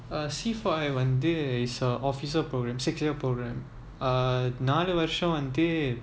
uh C four I வந்து:vanthu is a officer program six year program uh நாலு வருஷம் வந்து:naalu varusam vanthu